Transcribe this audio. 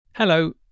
Hello